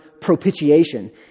propitiation